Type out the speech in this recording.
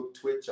Twitch